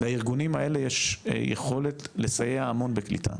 לארגונים האלה יש יכולת לסייע המון בקליטה,